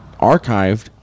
archived